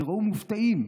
תיראו מופתעים,